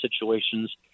situations